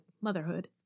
motherhood